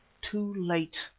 too late!